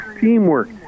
teamwork